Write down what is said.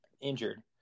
injured